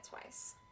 twice